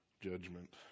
judgment